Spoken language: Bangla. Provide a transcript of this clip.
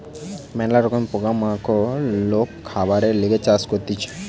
ম্যালা রকমের পোকা মাকড় লোক খাবারের লিগে চাষ করতিছে